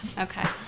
Okay